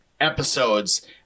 episodes